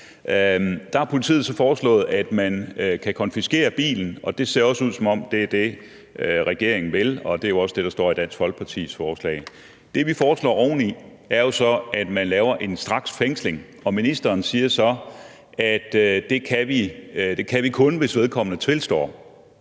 Der har politiet så foreslået, at man kan konfiskere bilen, og det ser ud også ud, som om det er det, regeringen vil, og det er jo også det, der står i Dansk Folkepartis forslag. Det, vi foreslår oveni, er jo, at man laver en straksfængsling. Ministeren siger så, at det kan vi kun, hvis vedkommende tilstår